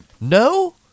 No